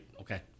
Okay